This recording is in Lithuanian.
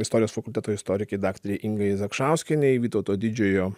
istorijos fakulteto istorikei daktarei ingai zakšauskienei vytauto didžiojo